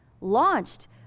launched